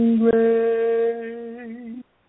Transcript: grace